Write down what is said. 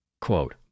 Quote